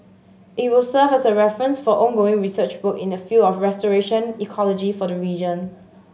it will serve as a reference for ongoing research work in the field of restoration ecology for the region